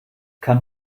kann